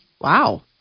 Wow